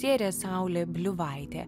režisierė saulė bliuvaitė